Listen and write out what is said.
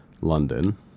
London